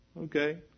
Okay